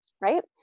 Right